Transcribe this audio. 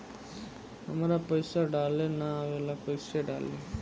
हमरा पईसा डाले ना आवेला कइसे डाली?